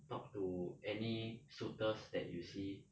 talk to any suitors that you see